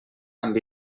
amb